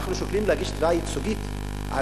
אנחנו שוקלים להגיש תביעה ייצוגית על